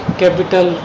capital